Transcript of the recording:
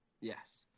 yes